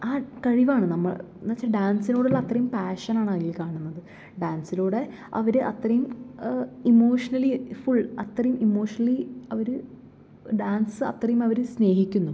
ആ കഴിവാണ് നമ്മൾ എന്ന് വെച്ചാൽ ഡാൻസിനോടുള്ള അത്രയും പാഷനാണതില് കാണുന്നത് ഡാൻസിലൂടെ അവര് അത്രയും ഇമോഷണലി ഫുൾ അത്രയും ഇമോഷണലി അവര് ഡാൻസ് അത്രയും അവര് സ്നേഹിക്കുന്നു